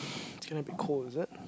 it's gonna be cold is it